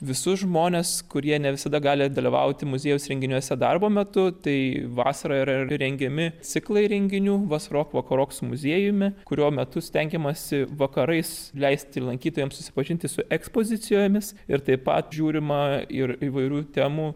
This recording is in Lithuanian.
visus žmones kurie ne visada gali dalyvauti muziejaus renginiuose darbo metu tai vasarą yra rengiami ciklai renginių vasarok vakarok su muziejumi kurio metu stengiamasi vakarais leisti lankytojam susipažinti su ekspozicijomis ir taip pat žiūrima ir įvairių temų